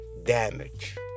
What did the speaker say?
Damage